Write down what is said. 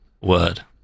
word